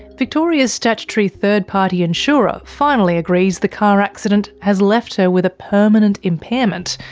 victoria's statutory third-party insurer finally agrees the car accident has left her with a permanent impairment,